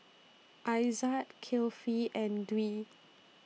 Aizat Kifli and Dwi